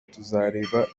tuzareba